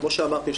כמו שאמרתי,